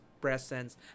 presence